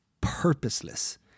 purposeless